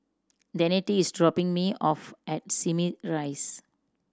Danette is dropping me off at Simei Rise